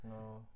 No